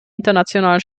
internationalen